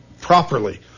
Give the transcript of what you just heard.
properly